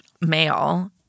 male